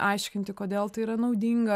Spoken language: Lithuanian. aiškinti kodėl tai yra naudinga